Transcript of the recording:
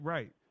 Right